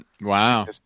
Wow